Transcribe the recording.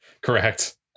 Correct